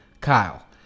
Kyle